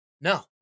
No